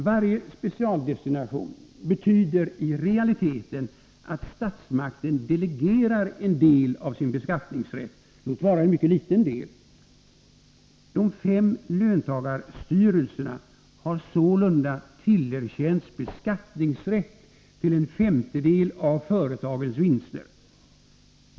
Varje specialdestination betyder i realiteten att statsmakten delegerar en del av sin beskattningsrätt, låt vara en mycket liten del. De fem löntagarstyrelserna har sålunda tillerkänts beskattningsrätt till en femtedel av företagens vinster.